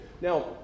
Now